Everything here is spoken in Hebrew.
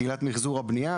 קהילת מחזור הבנייה.